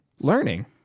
learning